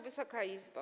Wysoka Izbo!